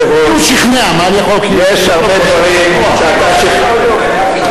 אנחנו הפכנו להיות גוף שבעולם משתדלים להתרחק ממנו.